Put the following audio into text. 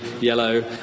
yellow